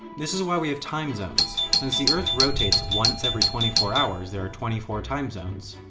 this is why we have time zones. since the earth rotates once every twenty four hours, there are twenty four time zones.